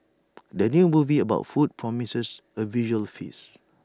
the new movie about food promises A visual feast